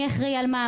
מי אחראי על מה,